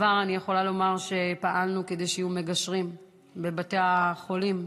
אני יכולה לומר שבעבר פעלנו כדי שיהיו מגשרים בבתי החולים.